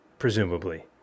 presumably